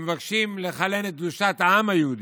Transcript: הם מבקשים לחלן את קדושת העם היהודי,